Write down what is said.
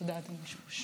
תודה, אדוני היושב-ראש.